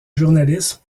journalisme